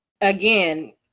again